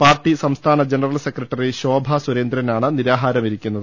party സംസ്ഥാന general secretary ശോഭാസുരേന്ദ്രനാണ് നിരാഹാരമിരിക്കുന്നത്